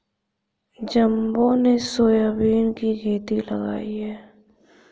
जम्बो ने सोयाबीन की खेती लगाई है